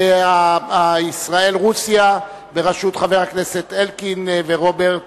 ישראל רוסיה בראשות חברי הכנסת אלקין ורוברט